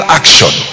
action